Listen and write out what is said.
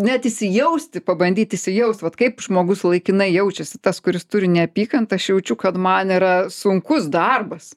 net įsijausti pabandyt įsijaust vat kaip žmogus laikinai jaučiasi tas kuris turi neapykantą aš jaučiu kad man yra sunkus darbas